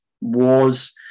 wars